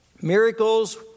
miracles